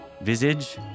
visage